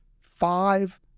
five